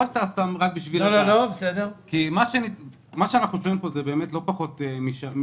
מה שאנחנו שומעים פה זה לא פחות משערורייה.